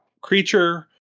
creature